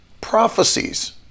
prophecies